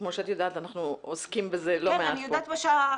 כמו שאת יודעת, אנחנו עוסקים בזה לא מעט פה.